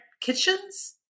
kitchens